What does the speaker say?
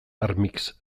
armix